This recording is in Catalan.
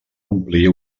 omplir